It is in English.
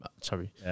Sorry